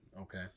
Okay